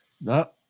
No